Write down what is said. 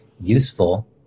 useful